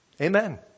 Amen